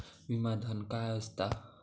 विमा धन काय असता?